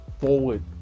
forward